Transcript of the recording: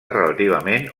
relativament